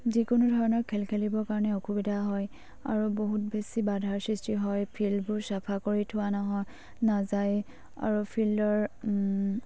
যিকোনো ধৰণৰ খেল খেলিবৰ কাৰণে অসুবিধা হয় আৰু বহুত বেছি বাধাৰ সৃষ্টি হয় ফিল্ডবোৰ চাফা কৰি থোৱা নহয় নাযায় আৰু ফিল্ডৰ